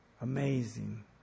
Amazing